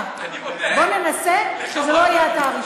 התגובה של השמאל הקיצוני שלא יודע איך להתמודד עם,